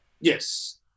yes